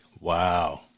Wow